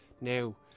Now